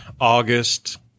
August